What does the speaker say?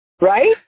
right